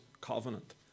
covenant